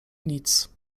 nic